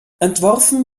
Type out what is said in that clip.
entworfen